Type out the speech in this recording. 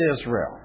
Israel